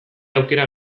aukera